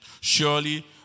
Surely